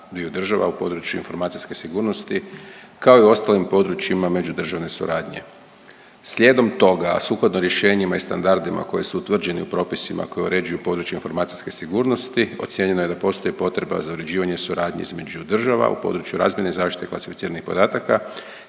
u području informacijske sigurnosti kao i u ostalim područjima međudržavne suradnje. Slijedom toga, a sukladno rješenjima i standardima koji su utvrđeni u propisima koji uređuju područje informacijske sigurnosti ocijenjeno je da postoji potreba za uređivanje suradnje između država u području razmjene i zaštite klasificiranih podataka,